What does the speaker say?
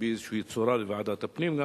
באיזושהי צורה גם לוועדת הפנים,